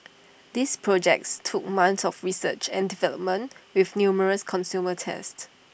these projects took months of research and development with numerous consumer tests